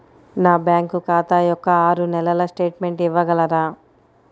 నా బ్యాంకు ఖాతా యొక్క ఆరు నెలల స్టేట్మెంట్ ఇవ్వగలరా?